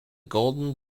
golden